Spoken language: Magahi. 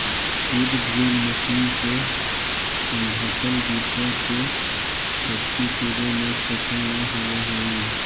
सीड ड्रिल मशीन से ढँकल बीचा के पक्षी चुगे में सफल न होवऽ हई